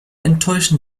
enttäuschen